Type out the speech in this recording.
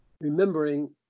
Remembering